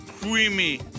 creamy